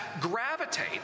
gravitate